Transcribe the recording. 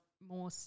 more